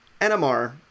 nmr